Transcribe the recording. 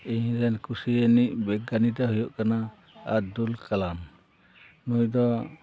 ᱤᱧ ᱨᱮᱱ ᱠᱩᱥᱤᱭᱟᱱᱤᱡ ᱵᱤᱜᱟᱱᱤ ᱫᱚᱭ ᱦᱩᱭᱩᱜ ᱠᱟᱱᱟ ᱟᱵᱫᱩᱞ ᱠᱟᱞᱟᱢ ᱱᱩᱭ ᱫᱚ